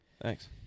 Thanks